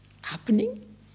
happening